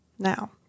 Now